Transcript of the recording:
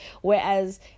Whereas